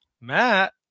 Matt